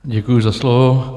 Děkuji za slovo.